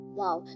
wow